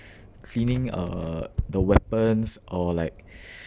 cleaning uh the weapons or like